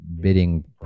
bidding